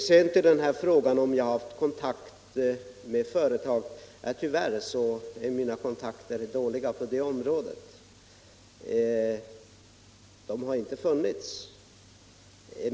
Sedan till frågan om jag haft kontakt med företag. Tyvärr är mina kontakter dåliga på det området — det har inte förekommit några.